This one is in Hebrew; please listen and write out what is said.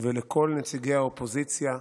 ולכל נציגי האופוזיציה,